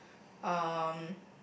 um